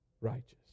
righteous